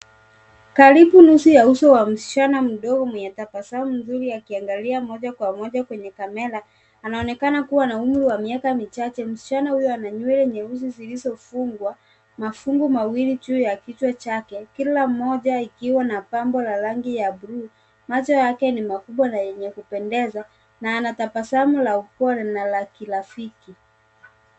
Karibu nusu ya uso wa msichana mdogo mwenye tabasamu nzuri akiangalia moja kwa moja kwenye kamera, anaonekana kuwa na umri wa miaka Michache . Msichana huyo ana nywele nyeusi zilizofungwa mafungo mawili juu ya kichwa chake, kila moja ikiwa na pambo la rangi ya blue . Macho yake ni makubwa na yenye kupendeza na anatabasamu la upole na la kirafiki .